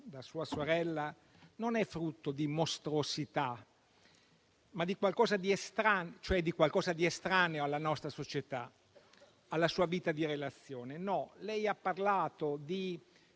da sua sorella, non è frutto di mostruosità, cioè di qualcosa di estraneo alla nostra società, alla sua vita di relazione. No: lei ha parlato di